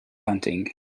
bunting